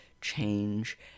change